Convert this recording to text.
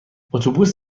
اتوبوس